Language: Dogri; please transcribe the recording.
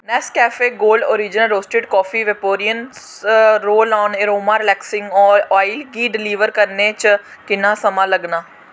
Nescafe gold origin roasted coffee वेपोरिन रोल आन अरोमा रिलैक्सिंग आयल गी डलीवर करने च किन्ना समां लग्गना